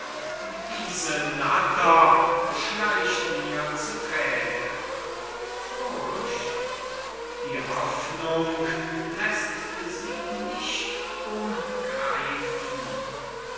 diese natter schleicht mir zu träge furcht die hoffnung läßt sie nicht umgreiffen